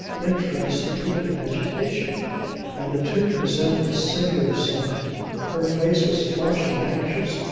interested even to agitation and the two presented a singular sight her face was flushed and anxious,